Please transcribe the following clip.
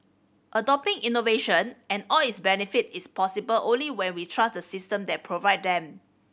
adopting innovation and all its benefit is possible only when we trust the system that provide them